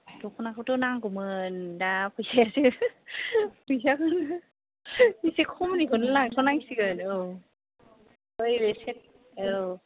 दख'नाखौथ' नांगौमोन दा फैसायासो फैसाखौसो एसे खमनिखौनो लांथ' नांसिगोन औ औ